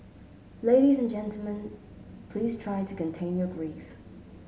ladies and gentlemen please try to contain your grief